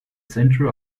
centre